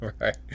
Right